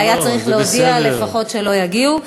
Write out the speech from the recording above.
והיה צריך להודיע לפחות שלא יגיעו.